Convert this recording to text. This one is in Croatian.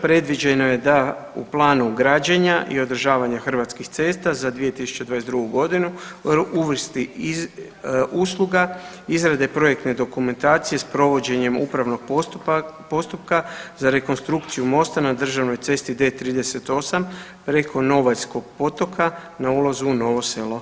Predviđeno je da u planu građenja i održavanja Hrvatskih cesta za 2022. godinu uvrsti usluga izrade projektne dokumentacije s provođenjem upravnog postupka za rekonstrukciju mosta na državnoj cesti D38 preko Novaljskog potoka na ulazu u Novo Selo.